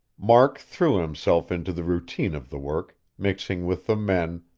mark threw himself into the routine of the work, mixing with the men,